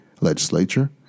legislature